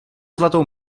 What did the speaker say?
zlatou